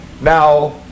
Now